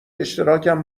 اشتراکم